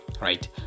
right